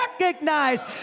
Recognize